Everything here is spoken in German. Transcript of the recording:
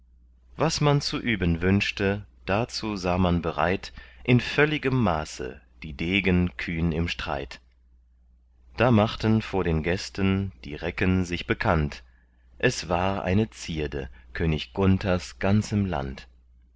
was man zu üben wünschte dazu sah man bereit in völligem maße die degen kühn im streit da machten vor den gästen die recken sich bekannt es war eine zierde könig gunthers ganzem land